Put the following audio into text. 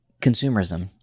consumerism